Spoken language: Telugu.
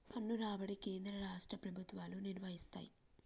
పన్ను రాబడి కేంద్ర రాష్ట్ర ప్రభుత్వాలు నిర్వయిస్తయ్